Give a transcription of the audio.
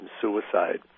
suicide